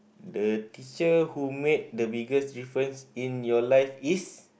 the teacher who make the biggest difference in your life is